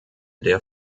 der